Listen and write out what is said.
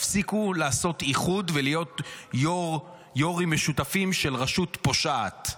תפסיקו לעשות איחוד ולהיות ראשים משותפים של רשות פושעת.